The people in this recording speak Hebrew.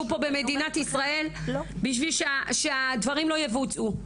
במדינת ישראל בשביל שהדברים לא יבוצעו.